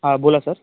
हां बोला सर